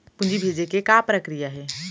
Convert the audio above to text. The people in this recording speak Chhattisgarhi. पूंजी भेजे के का प्रक्रिया हे?